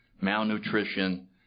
malnutrition